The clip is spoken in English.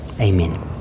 Amen